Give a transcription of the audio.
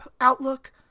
outlook